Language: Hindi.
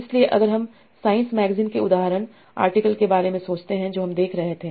इसलिए अगर हम साइंस मैगज़ीन के उदाहरण आर्टिकल के बारे में सोचते हैं जो हम देख रहे थे